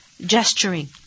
gesturing